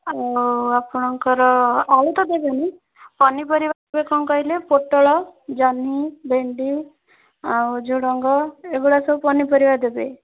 ଆଉ ଆପଣଙ୍କର ଆଳୁ ତ ଦେବେନି ପନିପରିବା କ'ଣ କହିଲେ ପୋଟଳ ଜହ୍ନି ଭେଣ୍ଡି ଆଉ ଝୁଡ଼ଙ୍ଗ ଏଇଭଳିଆ ସବୁ ପନିପରିବା ଦେବେ